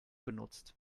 benutzt